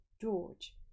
George